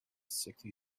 sickly